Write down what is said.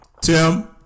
Tim